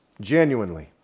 Genuinely